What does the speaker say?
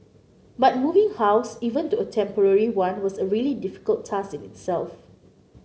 but moving house even to a temporary one was a really difficult task in itself